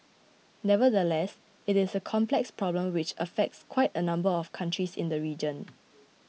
nevertheless it is a complex problem which affects quite a number of countries in the region